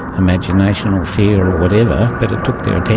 imagination or fear or whatever, but it took their